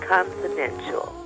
Confidential